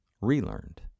relearned